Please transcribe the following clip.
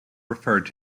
referred